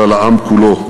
אלא לעם כולו.